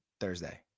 Thursday